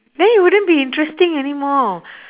then you wouldn't be interesting anymore